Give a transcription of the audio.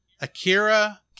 Akira